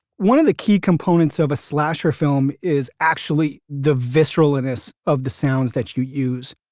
one of the key components of a slasher film is actually the visceralness of the sounds that you use.